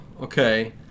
okay